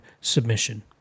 submission